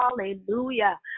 Hallelujah